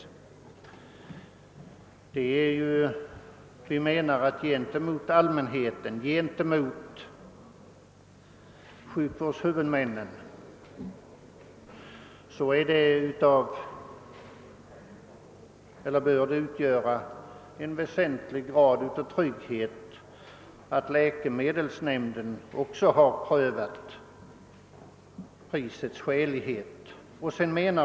För allmänheten liksom för sjukvårdens huvudmän bör det innebära en väsentlig grad av trygghet att läkemedelsnämnden har prövat också prisets skälighet.